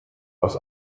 aus